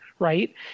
Right